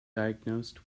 diagnosed